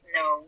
no